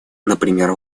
например